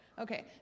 Okay